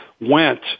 went